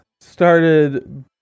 started